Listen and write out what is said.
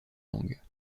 langues